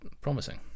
promising